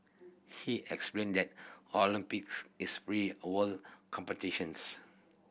he explain that Olympics is free a world competitions